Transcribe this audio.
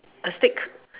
a steak